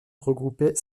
regroupait